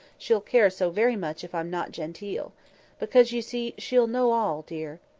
she'll care so very much if i'm not genteel because, you see, she'll know all, dear.